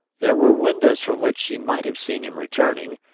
there were windows from which she might have seen him returning,